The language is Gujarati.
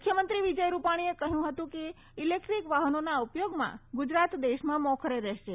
મુખ્યમંત્રી વિજય રૂપાણીએ કહ્યું હતું કે ઇલેક્ટ્રીક વાફનોના ઉપયોગમાં ગુજરાત દેશમાં મોખરે રહેશે